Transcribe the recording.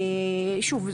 שוב,